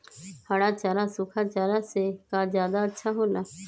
हरा चारा सूखा चारा से का ज्यादा अच्छा हो ला?